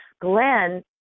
Glenn